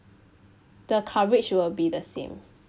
the coverage will be the same